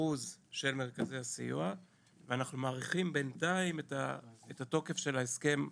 מכרוז של מרכזי הסיוע ואנחנו מארכים בינתיים את התוקף של ההסכם הקיים,